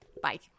Bye